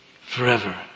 forever